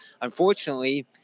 Unfortunately